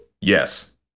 Yes